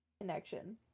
connection